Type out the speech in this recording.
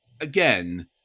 again